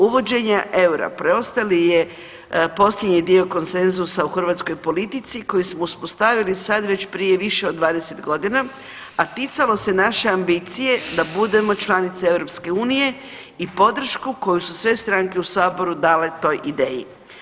Uvođenje eura preostali je posljednji dio konsenzusa u hrvatskoj politici koji smo uspostavili sad već prije više od 20 godina, a ticalo se naše ambicije da budemo članica EU i podršku koju su sve stranke u saboru dale toj ideji.